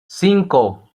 cinco